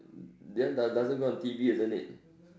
then does doesn't go on T_V isn't it